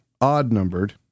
odd-numbered